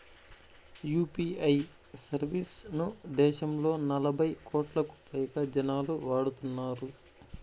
UPI service ను దేశంలో నలభై కోట్లకు పైగా జనాలు వాడుతున్నారు